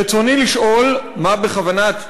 רצוני לשאול: מה בכוונת,